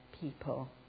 people